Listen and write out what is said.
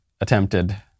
attempted